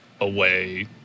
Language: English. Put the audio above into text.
away